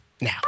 now